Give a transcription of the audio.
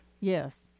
Yes